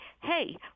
hey